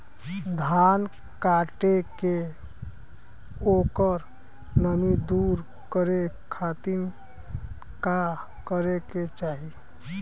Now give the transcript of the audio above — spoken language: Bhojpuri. धान कांटेके ओकर नमी दूर करे खाती का करे के चाही?